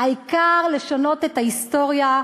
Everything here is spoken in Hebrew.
העיקר לשנות את ההיסטוריה,